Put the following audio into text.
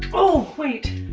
ohh wait!